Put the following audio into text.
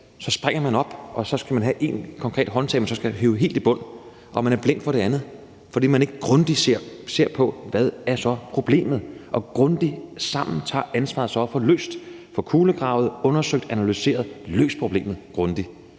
springer man op, og så skal man have et konkret håndtag, man så skal hive helt i bund, men man er blind for det andet, fordi man ikke grundigt ser på, hvad problemet er, og grundigt sammen tager ansvaret og får det løst, altså får kulegravet, undersøgt, analyseret og løst problemet grundigt.